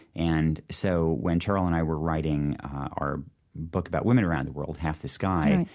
and so when sheryl and i were writing our book about women around the world, half the sky,